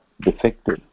defective